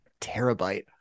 terabyte